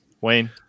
wayne